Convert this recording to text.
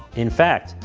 in fact,